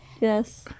yes